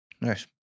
nice